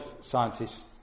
scientists